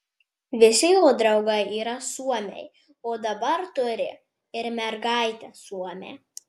visi jo draugai yra suomiai o dabar turi ir mergaitę suomę